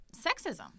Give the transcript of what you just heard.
sexism